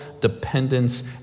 dependence